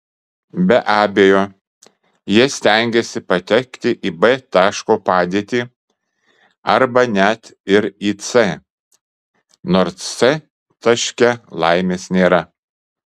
be abejo jie stengiasi patekti į b taško padėtį arba net ir į c nors c taške laimės nėra